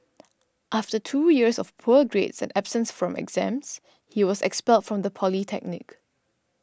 after two years of poor grades and absence from exams he was expelled from the polytechnic